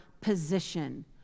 position